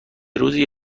روزی